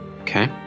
okay